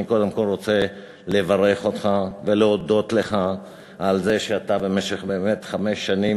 אני קודם כול רוצה לברך אותך ולהודות לך על זה שאתה במשך חמש שנים,